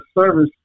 service